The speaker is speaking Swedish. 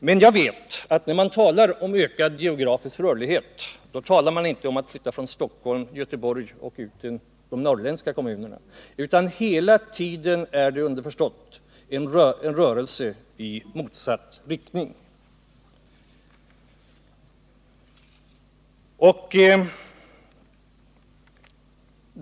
Men jag vet att när man talar om en ökad geografisk rörlighet, talar man inte om att flytta från Stockholm och Göteborg till de norrländska kommunerna, utan det är hela tiden underförstått en rörelse i motsatt riktning.